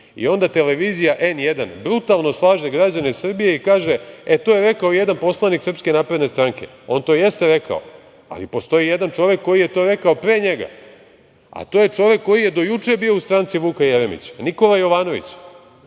I onda televizija N1 brutalno slaže građane Srbije i kaže – e to je rekao jedan poslanik SNS. On to jeste rekao, ali postoji jedan čovek koji je to rekao pre njega, a to je čovek koji je do juče bio u stranci Vuka Jeremića, Nikola Jovanović.